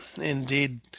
indeed